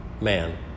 man